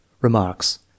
Remarks